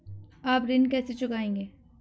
आप ऋण कैसे चुकाएंगे?